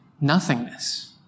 nothingness